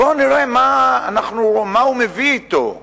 בואו נראה מה הוא מביא אתו ברקורד.